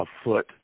afoot